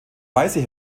weise